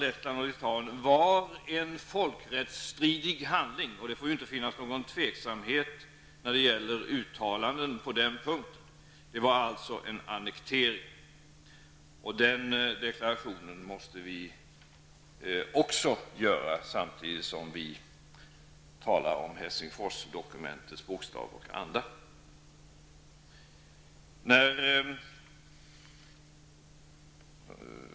Lettland och Litauen var en folkrättsstridig handling, och det får inte finnas någon tveksamhet i uttalanden på den punkten. Det var alltså en annektering. Vi måste även göra den deklarationen samtidigt som vi talar om Helsingforsdokumentets bokstav och anda.